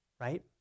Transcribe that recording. right